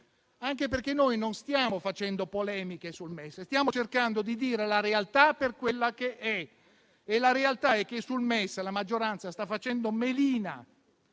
anche perché noi non stiamo facendo polemiche sul MES, stiamo cercando di dire la realtà per quella che è. La realtà è che sul MES la maggioranza sta facendo melina.